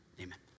Amen